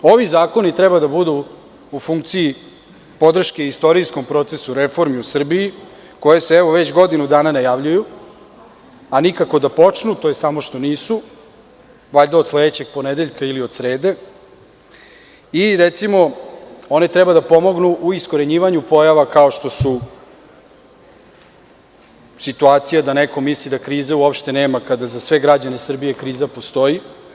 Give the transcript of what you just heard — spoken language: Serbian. Ovi zakoni treba da budu u funkciji podrške istorijskom procesu reforme u Srbiji koje se već godinu dana najavljuju, a nikako da počnu, tj. samo što nisu, valjda od sledećeg ponedeljka ili od srede, i recimo one treba da pomognu u iskorenjivanju pojava kao što su situacija da neko misli da krize uopšte nema kada za sve građane Srbije kriza postoji.